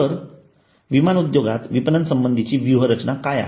तर विमान उद्योगात विपणन संबधीची व्यूहरचना काय आहे